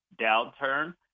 downturn